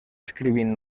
escrivint